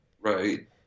Right